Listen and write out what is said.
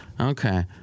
Okay